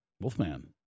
Wolfman